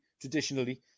traditionally